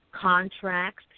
contracts